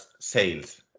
sales